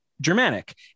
germanic